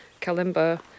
kalimba